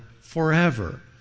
forever